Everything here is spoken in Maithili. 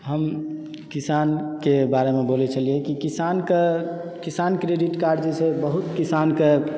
हम किसानके बारेमे बोलय छलियै कि किसानक किसान क्रेडिट कार्ड जे छै बहुत किसानक